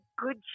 good